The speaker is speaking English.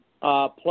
Plus